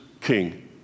king